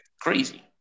Crazy